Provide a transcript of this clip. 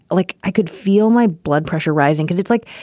like i could feel my blood pressure rising cause it's like,